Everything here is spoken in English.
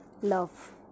Love